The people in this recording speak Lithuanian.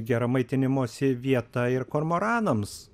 gera maitinimosi vieta ir kormoranams